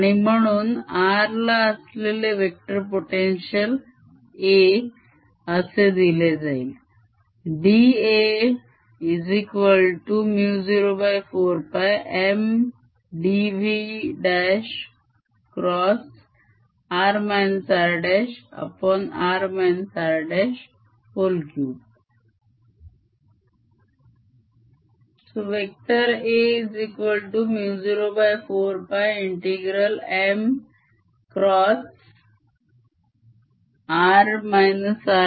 आणि म्हणून r ला असलेले वेक्टर potential A असे दिले जाईल